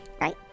Right